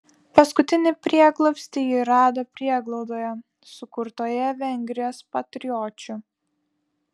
paskutinį prieglobstį ji rado prieglaudoje sukurtoje vengrijos patriočių